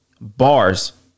Bars